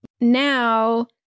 Now